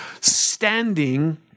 standing